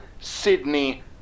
Sydney